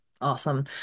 Awesome